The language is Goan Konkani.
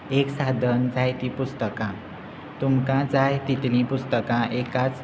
एक साधन जाय ती पुस्तकां तुमकां जाय तितली पुस्तकां एकाच